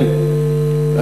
כן,